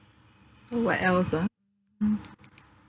so what else ah mm